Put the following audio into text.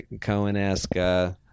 Cohen-esque